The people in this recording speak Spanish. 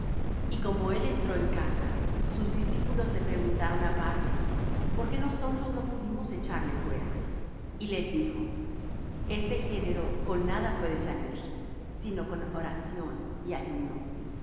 y como él entró en casa sus discípulos le preguntaron aparte por qué nosotros no pudimos echarle fuera y les dijo este género con nada puede salir sino con oración y ayuno